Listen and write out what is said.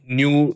new